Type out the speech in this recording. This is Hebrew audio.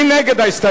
מי נגד?